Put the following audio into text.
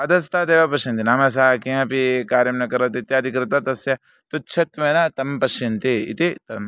अधस्तादेव पश्यन्ति नाम सः किमपि कार्यं न करोति इत्यादि कृत्वा तस्य तुच्छत्वेन तं पश्यन्ति इति तम्